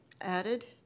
added